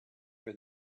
for